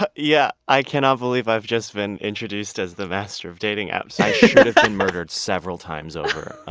ah yeah. i cannot believe i've just been introduced as the master of dating apps. i should've been murdered several times over.